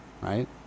right